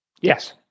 yes